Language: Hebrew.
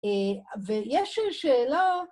ויש לי שאלה...